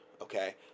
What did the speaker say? okay